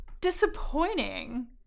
disappointing